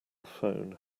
phone